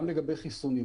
גם לגבי חיסונים.